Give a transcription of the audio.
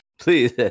Please